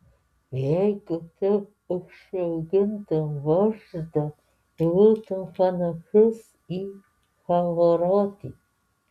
jeigu tu užsiaugintum barzdą būtum panašus į pavarotį